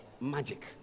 magic